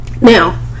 Now